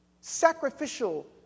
sacrificial